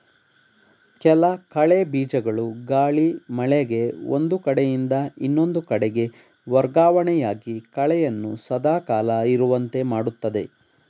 ಕೆಲ ಕಳೆ ಬೀಜಗಳು ಗಾಳಿ, ಮಳೆಗೆ ಒಂದು ಕಡೆಯಿಂದ ಇನ್ನೊಂದು ಕಡೆಗೆ ವರ್ಗವಣೆಯಾಗಿ ಕಳೆಯನ್ನು ಸದಾ ಕಾಲ ಇರುವಂತೆ ಮಾಡುತ್ತದೆ